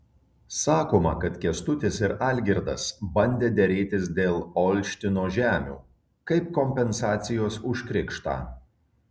sakoma kad kęstutis ir algirdas bandę derėtis dėl olštino žemių kaip kompensacijos už krikštą